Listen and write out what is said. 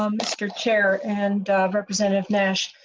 um mister chair and representative nash